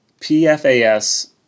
PFAS